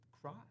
cry